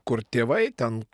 kur tėvai ten